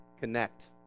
connect